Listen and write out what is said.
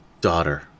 daughter